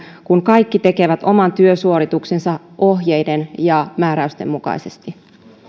kun kaikki tekevät oman työsuorituksensa ohjeiden ja määräysten mukaisesti